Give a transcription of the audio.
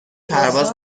پرواز